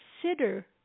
consider